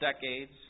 decades